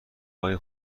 های